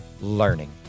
learning